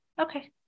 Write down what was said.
Okay